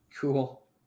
Cool